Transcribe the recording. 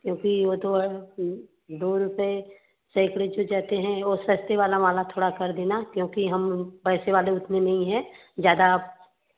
क्योंकि वह तो दो रुपए सैकरे जो जैते हैं वह सस्ते वाला माला थोड़ा कर देना क्योंकि हम पैसे वाले उतने नहीं हैं ज़्यादा